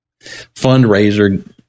fundraiser